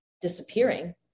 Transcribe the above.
disappearing